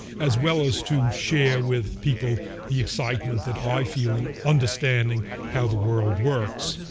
as well as to share with people the excitement that i feel in understanding how the world works,